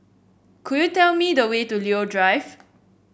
could you tell me the way to Leo Drive